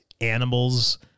animals